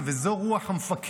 וזו רוח המפקד,